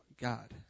God